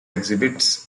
exhibits